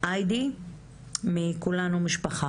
נעביר את רשות הדיבור להיידי מ"כולנו משפחה",